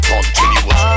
Continuous